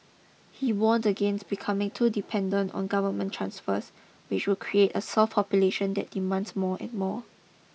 he warned against becoming too dependent on government transfers which would create a soft population that demands more and more